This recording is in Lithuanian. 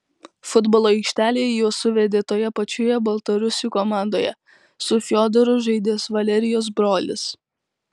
futbolo aikštelėje juos suvedė toje pačioje baltarusių komandoje su fiodoru žaidęs valerijos brolis